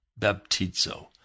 baptizo